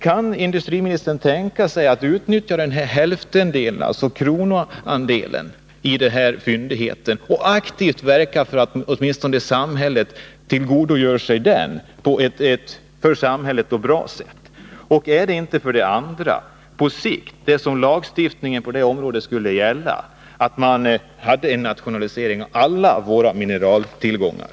Kan industriministern tänka sig att utnyttja kronoandelen i den här fyndigheten och aktivt verka för att samhället tillgodogör sig åtminstone den på ett för samhället bra sätt? 2. Borde inte lagstiftningen på det här området på sikt gälla en nationalisering av alla våra mineraltillgångar?